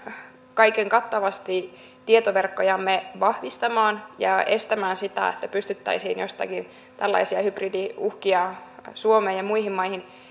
kaikenkattavasti tietoverkkojamme vahvistamaan ja estämään sitä että pystyttäisiin jostakin tällaisia hybridiuhkia suomeen ja muihin maihin